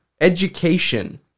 Education